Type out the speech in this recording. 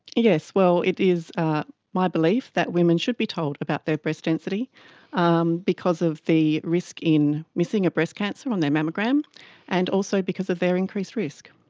yes, well, it is ah my belief that women should be told about their breast density um because of the risk in missing a breast cancer on their mammogram and also because of their increased risk.